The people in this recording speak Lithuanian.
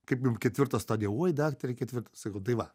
kaip jum ketvirta stadija oi daktare ketvirta sakau tai va